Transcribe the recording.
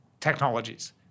technologies